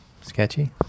sketchy